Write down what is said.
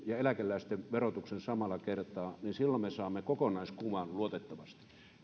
ja eläkeläisten verotuksen samalla kertaa silloin saamme kokonaiskuvan luotettavasti